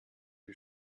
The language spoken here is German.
wie